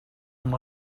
amb